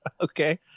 Okay